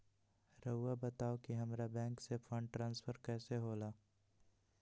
राउआ बताओ कि हामारा बैंक से फंड ट्रांसफर कैसे होला?